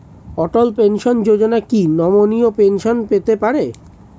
অটল pension Yojana কি নমনীয় pension পেতে পারে?